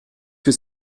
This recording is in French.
que